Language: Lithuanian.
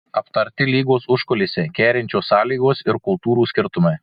aptarti lygos užkulisiai kerinčios sąlygos ir kultūrų skirtumai